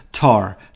TAR